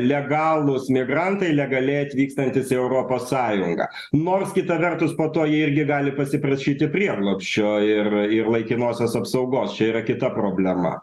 legalūs migrantai legaliai atvykstantis į europos sąjungą nors kita vertus po to jie irgi gali pasiprašyti prieglobsčio ir ir laikinosios apsaugos čia yra kita problema